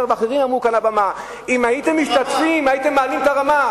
אומר ואחרים אמרו כאן על הבמה: אם הייתם משתתפים הייתם מעלים את הרמה.